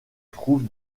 trouve